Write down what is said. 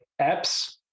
apps